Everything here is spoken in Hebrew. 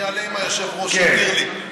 אני אעלה אם היושב-ראש יתיר לי.